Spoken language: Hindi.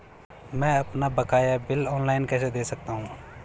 मैं अपना बकाया बिल ऑनलाइन कैसे दें सकता हूँ?